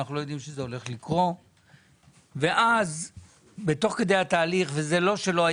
הקורונה לא דומה